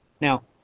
Now